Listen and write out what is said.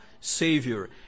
savior